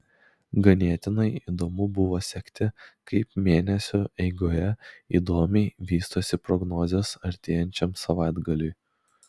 ganėtinai įdomu buvo sekti kaip mėnesio eigoje įdomiai vystosi prognozės artėjančiam savaitgaliui